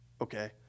Okay